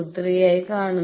23 നായി കാണുന്നു